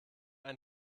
ein